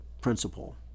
principle